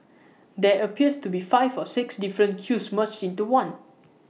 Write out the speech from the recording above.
there appears to be five or six different queues merged into one